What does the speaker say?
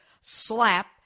slap